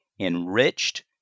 enriched